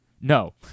No